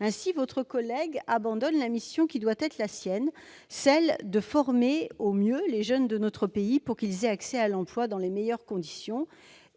Ainsi, votre collègue abandonne la mission qui doit être la sienne, celle de former au mieux les jeunes de notre pays afin qu'ils aient accès à l'emploi dans les meilleures conditions, pour